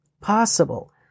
possible